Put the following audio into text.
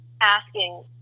asking